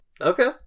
Okay